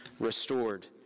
restored